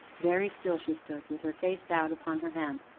very still she stood, with her face bowed upon her hands,